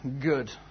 good